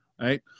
right